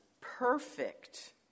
perfect